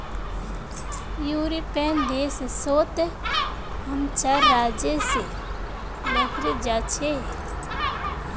European देश सोत हम चार राज्य से लकड़ी जा छे